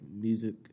music